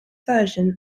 version